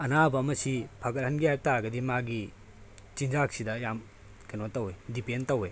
ꯑꯅꯥꯕ ꯑꯃꯁꯤ ꯐꯒꯠꯍꯟꯒꯦ ꯍꯥꯏꯇꯥꯔꯒꯗꯤ ꯃꯥꯒꯤ ꯆꯤꯟꯖꯥꯛꯁꯤꯗ ꯌꯥꯝ ꯀꯩꯅꯣ ꯇꯧꯏ ꯗꯤꯄꯦꯟ ꯇꯧꯏ